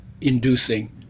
inducing